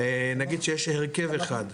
נגיד שיש הרכב אחד,